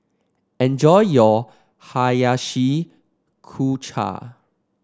enjoy your Hiyashi Chuka